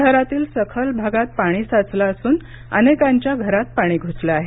शहरातील सखल भागात पाणी साचलं असून अनेकांच्या घरात पाणी घुसले आहे